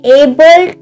able